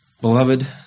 Beloved